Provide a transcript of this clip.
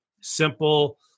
simple